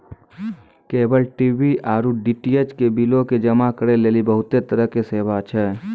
cable TV आरु DTH के बिलो के जमा करै लेली बहुते तरहो के सेवा छै